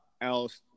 else